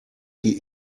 die